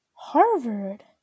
Harvard